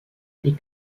les